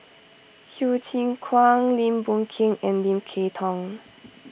Hsu Tse Kwang Lim Boon Keng and Lim Kay Tong